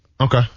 Okay